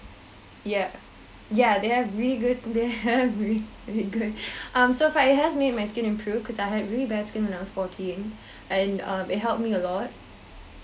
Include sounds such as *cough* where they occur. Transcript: yep yeah they have really good they *laughs* have really good um so far it has made my skin improve cause I had really bad skin when I was fourteen and um it helped me a lot